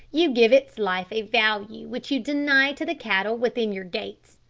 you give its life a value which you deny to the cattle within your gates!